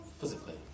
physically